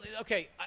okay